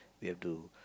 we have to